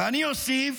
ואני אוסיף: